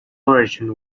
origin